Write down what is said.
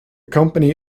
company